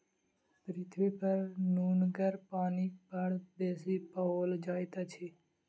पृथ्वीपर नुनगर पानि बड़ बेसी पाओल जाइत अछि